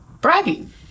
bragging